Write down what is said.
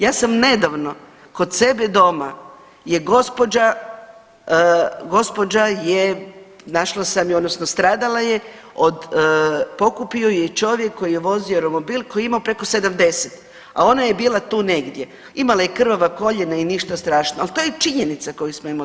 Ja sam nedavno kod sebe doma je gospođa, gospođa je našla sam ju odnosno stradala je od pokupio ju je čovjek koji je vozio romobil koji je imao preko 70, a ona je bila tu negdje, imala je krvava koljena i ništa strašno, ali to je činjenica koju smo imali.